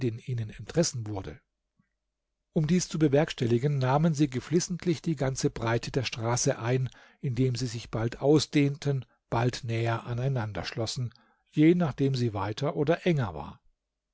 ihnen entrissen wurde um dies zu bewerkstelligen nahmen sie geflissentlich die ganze breite der straße ein indem sie sich bald ausdehnten bald näher aneinanderschlossen je nachdem sie weiter oder enger war